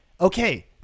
okay